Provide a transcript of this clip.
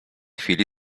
chwili